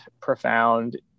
profound